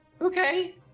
Okay